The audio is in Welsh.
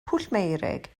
pwllmeurig